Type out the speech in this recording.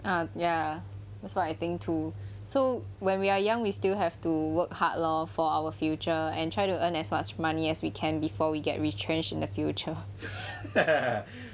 um ya that's what I think too so when we are young we still have to work hard lor for our future and try to earn as much money as we can before we get retrenched in the future